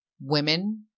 women